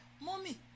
Mommy